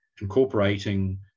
incorporating